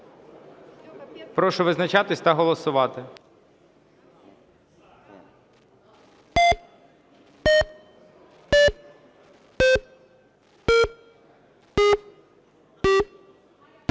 Прошу визначатись та голосувати.